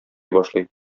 башлый